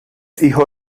hijo